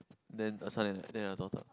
then a son and then a daughter